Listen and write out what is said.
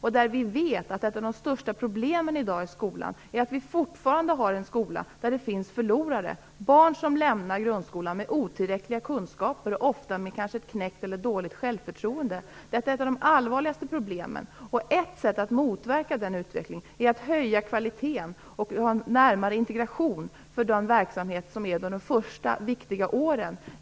Vi vet ju att ett av de största problemen i dag i skolan är att vi fortfarande har en skola där det finns förlorare, barn som lämnar grundskolan med otillräckliga kunskaper och ofta med knäckt eller dåligt självförtroende. Detta är ett av de allvarligaste problemen. Ett sätt att motverka den utvecklingen är att höja kvaliteten och ha en närmare integration av verksamheten under de första viktiga åren.